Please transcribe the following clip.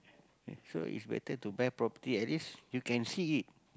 so it's better to buy property at least you can see it